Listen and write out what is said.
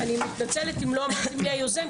אני מתנצלת אם לא אמרתי מי היוזם,